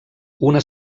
una